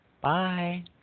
Bye